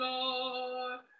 Lord